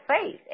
faith